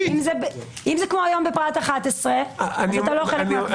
אם זה כמו היום בפרט 11 אז אתה לא חלק מהקבוצה.